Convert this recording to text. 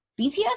BTS